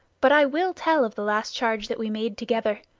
but i will tell of the last charge that we made together